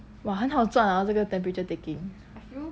哇很好赚啊这个 temperature taking